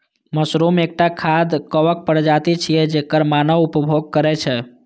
mushroom एकटा खाद्य कवक प्रजाति छियै, जेकर मानव उपभोग करै छै